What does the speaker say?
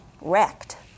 wrecked